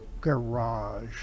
garage